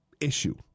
issue